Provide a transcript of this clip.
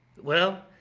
well,